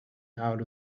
out